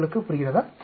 உங்களுக்கு புரிகிறதா